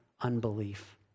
unbelief